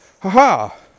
ha-ha